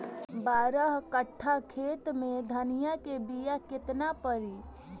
बारह कट्ठाखेत में धनिया के बीया केतना परी?